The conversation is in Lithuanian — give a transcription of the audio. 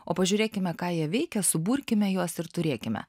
o pažiūrėkime ką jie veikia suburkime juos ir turėkime